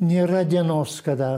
nėra dienos kada